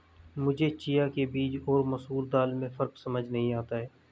मुझे चिया के बीज और मसूर दाल में फ़र्क समझ नही आता है